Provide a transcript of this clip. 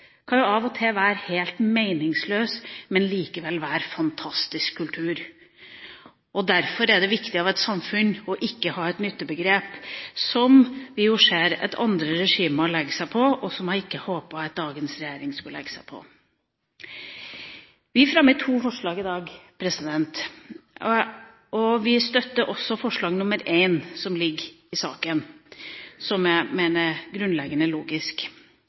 av og til være helt meningsløs, men likevel være fantastisk kultur. Derfor er det viktig for et samfunn ikke å ha et nyttebegrep, som vi ser at andre regimer legger seg på, og som jeg hadde håpet at dagens regjering ikke skulle legge seg på. Vi fremmer to forslag i dag. Vi støtter også forslag nr. 1, som ligger i saken, og som jeg mener er grunnleggende logisk.